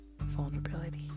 vulnerability